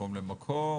ממקום למקום?